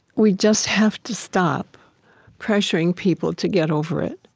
we just have to stop pressuring people to get over it.